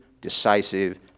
decisive